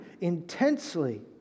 intensely